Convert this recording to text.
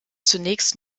zunächst